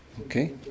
okay